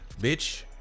Bitch